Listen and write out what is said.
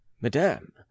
madame